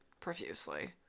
profusely